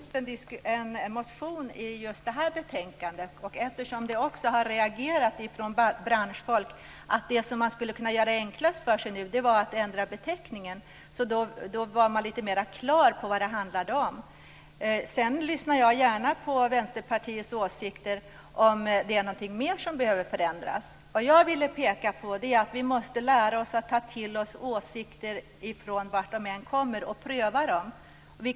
Herr talman! Det finns en motion i just det här betänkandet. Dessutom har branschfolk reagerat. Om man vill göra det så enkelt som möjligt för sig handlar det om att ändra beteckningen. Då skulle man vara lite mera klar över vad det handlar om. Om det är någonting mer som behöver förändras lyssnar jag gärna på Vänsterpartiets åsikter. Vad jag ville peka på är att vi måste lära oss att ta till oss åsikter, oavsett varifrån de kommer, och pröva dem.